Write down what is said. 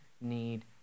need